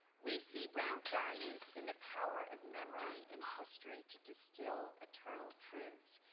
we see brown's values in the power of memory and history to distill eternal truths.